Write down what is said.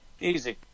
easy